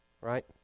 right